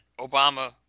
Obama